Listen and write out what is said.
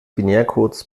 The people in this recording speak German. binärcodes